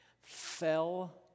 fell